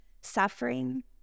suffering